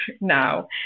now